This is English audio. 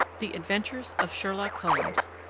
the adventures of sherlock holmes